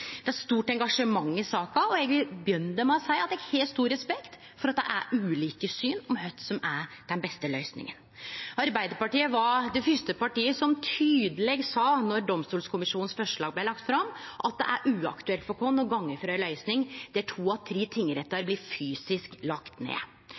Det er stort engasjement i saka, og eg vil begynne med å seie at eg har stor respekt for at det er ulike syn på kva som er den beste løysinga. Arbeidarpartiet var det fyrste partiet som tydeleg sa, då domstolkommisjonens forslag blei lagt fram, at det var uaktuelt for oss å gå for ei løysing der to av tre tingrettar